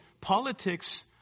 politics